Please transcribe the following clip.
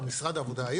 או משרד העבודה.